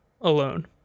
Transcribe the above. alone